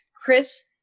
Chris